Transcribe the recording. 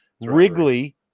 Wrigley